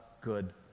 good